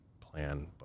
plan